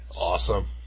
Awesome